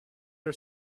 her